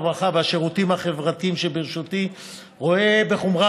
הרווחה והשירותים החברתיים שבראשותי רואה בחומרה